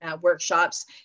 workshops